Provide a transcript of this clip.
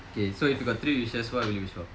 okay so if you got three wishes what will you wish for